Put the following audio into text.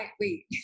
wait